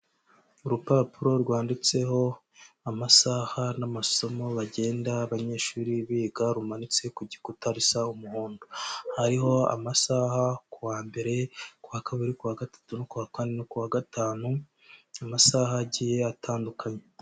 Urupapuro rwanditseho amasaha n'amasomo bagenda abanyeshuri biga, rumanitse ku gikuta, rusa umuhondo. Hariho amasaha kuwa mbere, kwa kabiri, kuwa gatatu no kuwa kane no kuwa gatanu, amasaha agiye atandukanye.